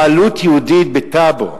בבעלות יהודית בטאבו.